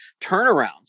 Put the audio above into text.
turnarounds